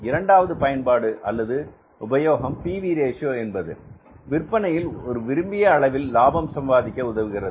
இரண்டாவது பயன்பாடு அல்லது உபயோகம் P V ratio PV Ratio என்பது விற்பனையில் ஒரு விரும்பிய அளவில் லாபம் சம்பாதிக்க உதவுகிறது